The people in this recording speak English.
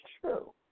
true